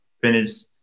finished